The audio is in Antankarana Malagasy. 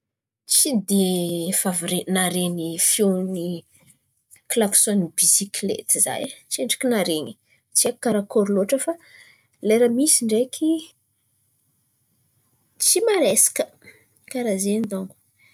Irô jemby àby io ndraiky, izy zen̈y kôa fa kapokapoena in̈y man̈aboaka feo edy. Karà zen̈y mampiasa tàn̈ana zen̈y mikapokapoka izy.